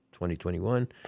2021